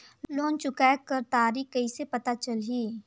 Loan चुकाय कर तारीक कइसे पता चलही?